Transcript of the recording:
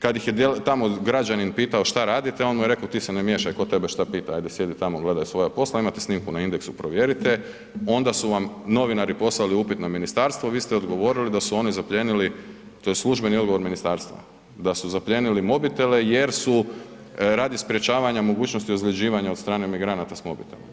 Kad ih je tamo građanin pitao šta radite, on mu je rekao „ti se ne miješaj, ko tebe šta pita, ajde sjedi tamo, gledaj svoja posla“, imate snimku na Indexu, provjerite, onda su vam novinari poslali upit na ministarstvo, vi ste odgovorili da su oni zaplijenili, to je službeni odgovor, da su zaplijenili mobitele jer su radi sprječavanja mogućnosti ozljeđivanja od strane migranata s mobitelom.